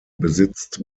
besitzt